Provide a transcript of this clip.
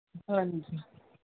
ਹਾਂਜੀ